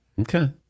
Okay